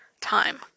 time